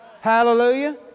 Hallelujah